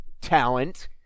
talent